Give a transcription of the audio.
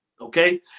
Okay